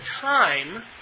time